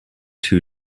two